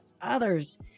others